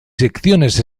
secciones